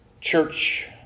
church